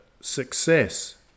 success